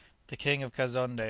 the king of kazonnde,